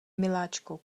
miláčku